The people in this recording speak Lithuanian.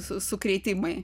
su sukrėtimai